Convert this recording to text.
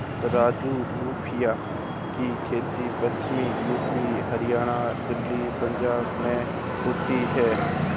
राजू लोबिया की खेती पश्चिमी यूपी, हरियाणा, दिल्ली, पंजाब में होती है